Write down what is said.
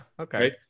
Okay